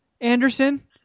Anderson